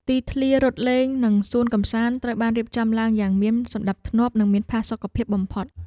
ទីធ្លារត់លេងនិងសួនកុមារត្រូវបានរៀបចំឡើងយ៉ាងមានសណ្តាប់ធ្នាប់និងមានផាសុកភាពបំផុត។